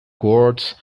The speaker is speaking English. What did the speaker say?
guards